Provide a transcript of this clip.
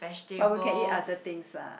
but we can eat other things lah